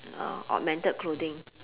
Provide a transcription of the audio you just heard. augmented clothing